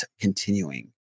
continuing